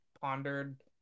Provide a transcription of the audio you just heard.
pondered